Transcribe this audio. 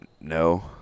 No